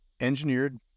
engineered